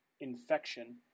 infection